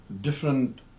different